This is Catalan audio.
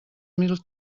mil